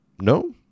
No